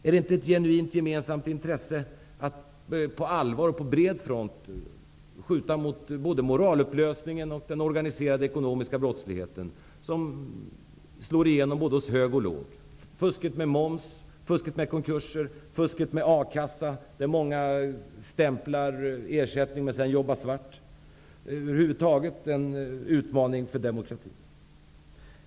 Är det inte ett genuint gemensamt intresse att på bred front skjuta mot både moralupplösningen och den organiserade ekonomiska brottsligheten? Dessa fenomen slår igenom hos både hög och låg. Där finns fusket med momsen, fusket med konkurser och fusket med a-kassa -- många stämplar och får ersättning för att sedan jobba svart. Dessa frågor är en utmaning för demokratin.